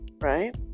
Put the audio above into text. right